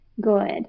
good